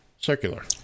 Circular